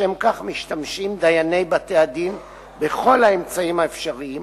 לשם כך משתמשים דייני בתי-הדין בכל האמצעים האפשריים